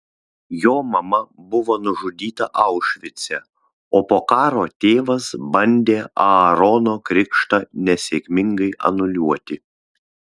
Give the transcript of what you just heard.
jo mama buvo nužudyta aušvice o po karo tėvas bandė aarono krikštą nesėkmingai anuliuoti